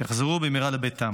שיחזרו במהרה לביתם.